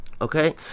Okay